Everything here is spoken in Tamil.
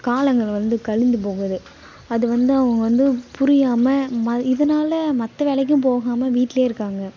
காலங்கள் வந்து கழிந்து போகுது அதுவந்து அவங்க வந்து புரியாமல் ம இதனால் மற்ற வேலைக்கும் போகாமல் வீட்டிலே இருக்காங்க